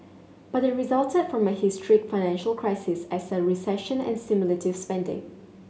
but they resulted from a historic financial crisis as a recession and stimulative spending